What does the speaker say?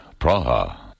Praha